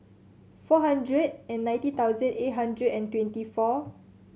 four hundred and ninety thousand eight hundred and twenty four